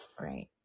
right